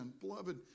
Beloved